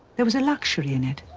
there was a luxury in it,